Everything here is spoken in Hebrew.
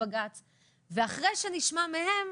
אחרי שנשמע מהם,